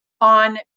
on